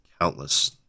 countless